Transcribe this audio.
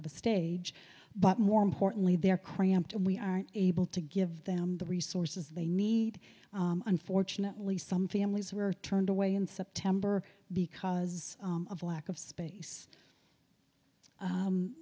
have a stage but more importantly there cramped and we aren't able to give them the resources they need unfortunately some families were turned away in september because of lack of space